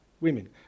women